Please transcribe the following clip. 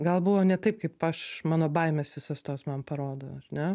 gal buvo ne taip kaip aš mano baimės visos tos man parodo ar ne